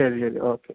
ശരി ശരി ഓക്കെ